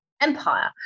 empire